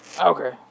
Okay